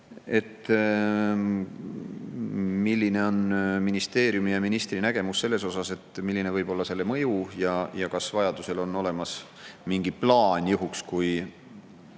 milline on ministeeriumi ja ministri nägemus selle kohta, milline võib olla selle mõju, ja kas vajadusel on olemas mingi plaan juhuks, kui